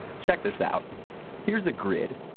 check this out here's a grid,